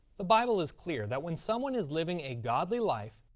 the bible is clear that when someone is living a godly life,